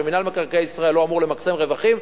שמינהל מקרקעי ישראל לא אמור למקסם רווחים,